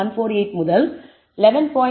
148 முதல் 11